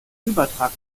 übertrag